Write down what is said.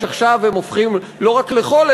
עכשיו הם הופכים לא רק לחול,